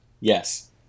Yes